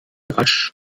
rasch